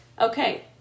okay